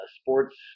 sports